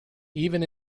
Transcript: even